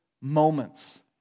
moments